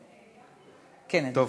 טוב,